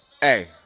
Hey